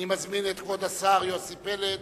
אני מזמין את כבוד השר יוסי פלד